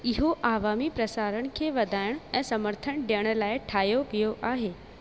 इहो आवामी प्रसारणु खे वधाइण ऐं समर्थनु ॾियण लाइ ठाहियो वियो आहे